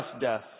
death